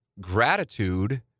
gratitude